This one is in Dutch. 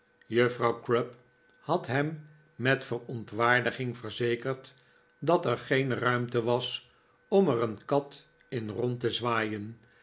juffrouw crupp had hem met verontwaardiging verzekerd dat er geen ruimte was om er een kat in rond te zwaaien